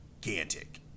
gigantic